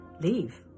leave